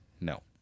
no